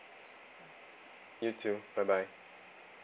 you too bye bye